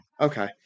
Okay